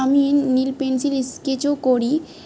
আমি নীল পেন্সিল স্কেচও করি